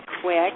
quick